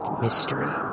mystery